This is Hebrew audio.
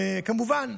כמובן,